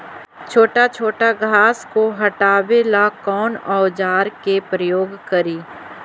छोटा छोटा घास को हटाबे ला कौन औजार के प्रयोग करि?